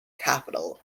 capital